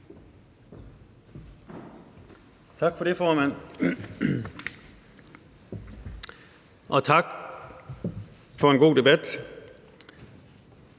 Tak for det, formand. Og tak for en god debat.